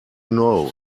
know